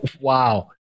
wow